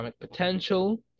potential